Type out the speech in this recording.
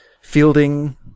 fielding